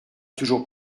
toujours